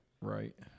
Right